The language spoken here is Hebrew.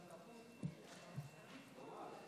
אדוני היושב-ראש,